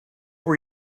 were